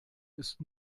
ist